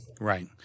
Right